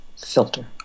filter